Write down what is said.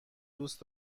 دوست